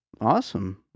Awesome